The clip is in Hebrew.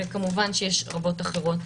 וכמובן שיש רבות אחרות.